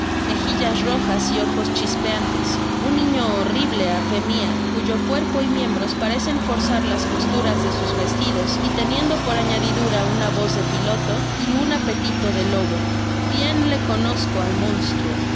megillas rojas y ojos chispeantes un niño horrible á fé mia cuyo cuerpo y miembros parecen forzar las costuras de sus vestidos y teniendo por añadidura una voz de piloto y un apetito de lobo bien le conozco al monstruo